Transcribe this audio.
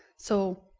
so,